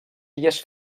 illes